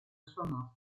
sua